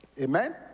amen